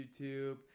YouTube